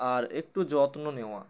আর একটু যত্ন নেওয়া